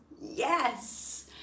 Yes